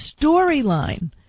storyline